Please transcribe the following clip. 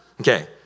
Okay